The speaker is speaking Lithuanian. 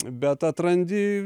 bet atrandi